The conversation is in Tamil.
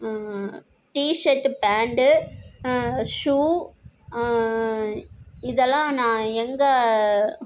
டி ஷர்ட் பேண்ட்டு ஷூ இதெலாம் நான் எங்கே